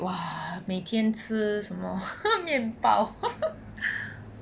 !wah! 每天吃什么 面包